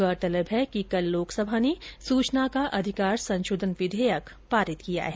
गौरतलब है कि कल लोकसभा ने सूचना का अधिकार संशोधन विधेयक पारित किया है